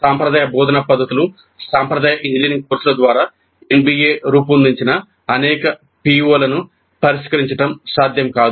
సాంప్రదాయ బోధనా పద్ధతులు సాంప్రదాయ ఇంజనీరింగ్ కోర్సుల ద్వారా NBA రూపొందించిన అనేక PO లను పరిష్కరించడం సాధ్యం కాదు